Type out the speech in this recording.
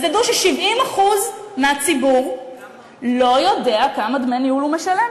אז תדעו ש-70% מהציבור לא יודע כמה דמי ניהול הוא משלם.